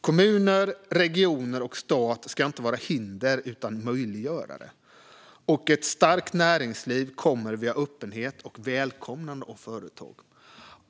Kommuner, regioner och stat ska inte vara hinder utan möjliggörare. Ett starkt näringsliv kommer via öppenhet och välkomnande av företag.